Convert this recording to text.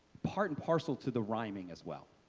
part and parcel to the rhyming as well.